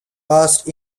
passed